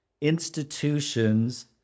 institutions